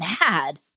mad